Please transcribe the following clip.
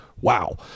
wow